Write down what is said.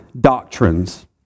doctrines